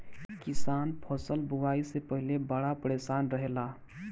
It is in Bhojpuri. किसान फसल बुआई से पहिले बड़ा परेशान रहेला